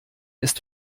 ist